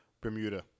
Bermuda